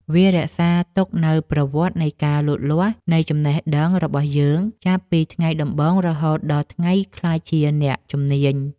វារក្សាទុកនូវប្រវត្តិនៃការលូតលាស់នៃចំណេះដឹងរបស់យើង ចាប់ពីថ្ងៃដំបូងរហូតដល់ថ្ងៃក្លាយជាអ្នកជំនាញ។